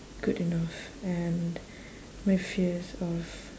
good enough and my fears of